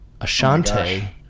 Ashante